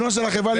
אני